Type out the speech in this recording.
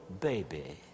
baby